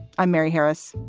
i'm mary harris.